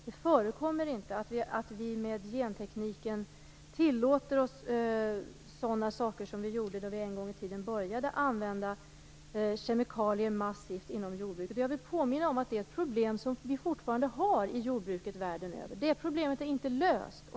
Det förekommer inte att vi med gentekniken tillåter oss sådana saker som vi gjorde när vi en gång i tiden började använda kemikalier massivt inom jordbruket. Jag vill påminna om att det är ett problem som vi fortfarande har i jordbruket världen över. Det problemet är inte löst.